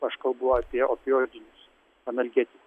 aš kalbu apie opioidinius analgetikus